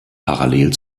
parallel